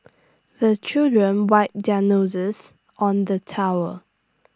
the children wipe their noses on the towel